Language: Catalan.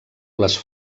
les